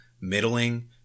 middling